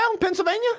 Pennsylvania